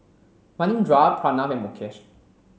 Manindra Pranav and Mukesh